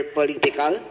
political